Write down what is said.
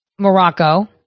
Morocco